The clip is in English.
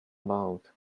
about